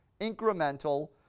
incremental